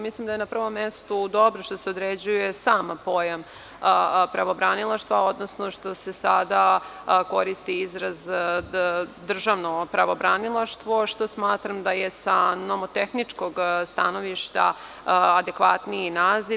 Mislim da je na prvom mestu dobro što se određuje sam pojam pravobranilaštva, odnosno što se sada koristi izraz državno pravobranilaštvo, a smatram da je sa nomotehničkog stanovišta adekvatniji naziv.